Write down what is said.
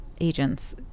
agents